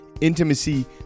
intimacy